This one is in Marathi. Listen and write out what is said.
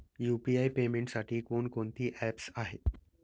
यु.पी.आय पेमेंटसाठी कोणकोणती ऍप्स आहेत?